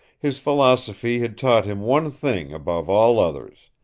his philosophy had taught him one thing above all others,